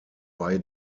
bei